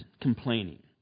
complaining